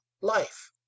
life